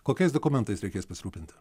kokiais dokumentais reikės pasirūpinti